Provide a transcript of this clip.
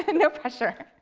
like no pressure.